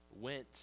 went